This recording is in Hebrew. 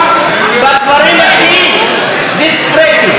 גם בדברים הכי דיסקרטיים.